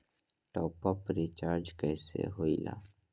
Top up recharge कइसे होएला?